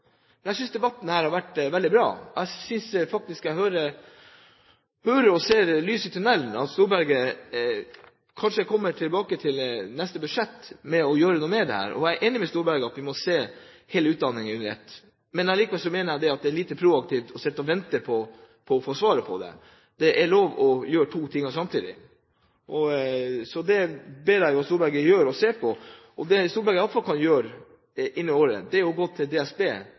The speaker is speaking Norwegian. Jeg synes debatten her har vært veldig bra. Og jeg synes faktisk jeg ser lys i tunnelen – at Storberget kanskje kommer tilbake og gjør noe med dette i neste budsjett. Jeg er enig med Storberget i at vi må se hele utdanningen under ett, men jeg mener likevel det er lite proaktivt å sitte og vente på å få svaret på det. Det er lov å gjøre to ting samtidig, så det ber jeg Storberget gjøre, og jeg ber ham se på dette. Det Storberget iallfall kan gjøre i år, er å gå til DSB